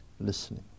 Listening